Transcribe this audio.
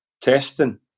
testing